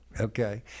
okay